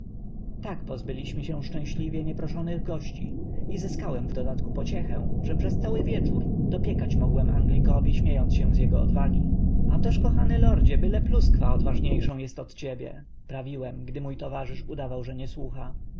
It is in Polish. tak pozbyliśmy się szczęśliwie nieproszonych gości i zyskałem w dodatku pociechę że przez cały wieczór dopiekać mogłem anglikowi śmiejąc się z jego odwagi a toż kochany lordzie byle pluskwa odważniejszą jest od ciebie prawiłem gdy mój towarzysz udawał że nie słucha